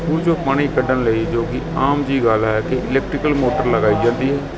ਖੂਹ 'ਚੋਂ ਪਾਣੀ ਕੱਢਣ ਲਈ ਜੋ ਕਿ ਆਮ ਜਿਹੀ ਗੱਲ ਹੈ ਕਿ ਇਲੈਕਟਰੀਕਲ ਮੋਟਰ ਲਗਾਈ ਜਾਂਦੀ ਹੈ